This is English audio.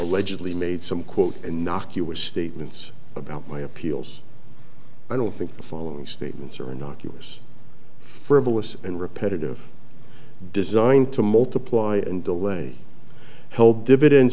allegedly made some quote innocuous statements about my appeals i don't think the following statements are innocuous frivolous and repetitive designed to multiply and delay the whole dividend